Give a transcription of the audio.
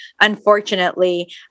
unfortunately